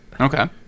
Okay